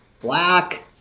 black